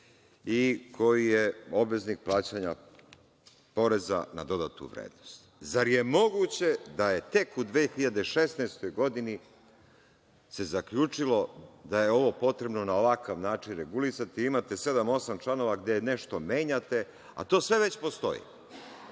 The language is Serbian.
i koji je obveznik plaćanja poreza na dodatu vrednost. Zar je moguće da se tek u 2016. godini zaključilo da je ovo potrebno na ovakav način regulisati, imate sedam, osam članova gde nešto menjate, a to sve već postoji.